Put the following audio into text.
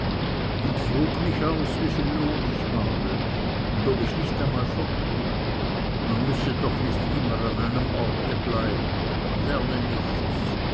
und frug mich aus wieviel lohn ich habe und ob ich nicht einmal fort wolle man müsse doch nicht immer an einem orte bleiben man lerne nichts